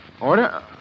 Order